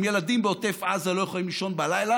אם ילדים בעוטף עזה לא יכולים לישון בלילה